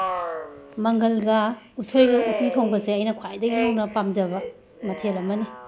ꯃꯪꯒꯜꯒ ꯎꯁꯣꯏꯒ ꯎꯇꯤ ꯊꯣꯡꯕꯁꯦ ꯑꯩꯅ ꯈ꯭ꯋꯥꯏꯗꯒꯤ ꯍꯧꯅ ꯄꯥꯝꯖꯕ ꯃꯊꯦꯜ ꯑꯃ ꯅꯤ